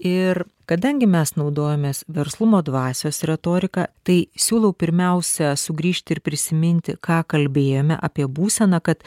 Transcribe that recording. ir kadangi mes naudojamės verslumo dvasios retorika tai siūlau pirmiausia sugrįžti ir prisiminti ką kalbėjome apie būseną kad